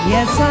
Yes